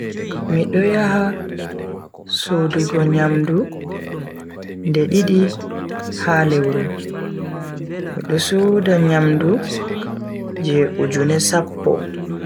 Mido yaha sodugo nyamdu nde didi ha lewru, mido soda nyamdu je ujune sappo.